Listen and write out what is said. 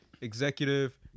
executive